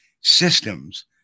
systems